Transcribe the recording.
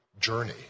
journey